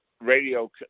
radio